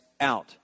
out